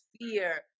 fear